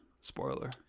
Spoiler